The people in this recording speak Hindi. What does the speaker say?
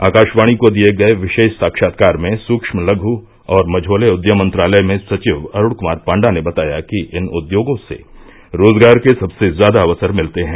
आकाशवाणी को दिये गये विशेष साक्षात्कार में सूक्ष्म लघु और मझोले उद्यम मंत्रालय में सचिव अरुण कुमार पांडा ने बताया कि इन उद्योगो से रोजगार के सबसे ज्यादा अवसर मिलते हैं